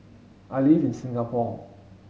I live in Singapore